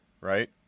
right